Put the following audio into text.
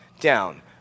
down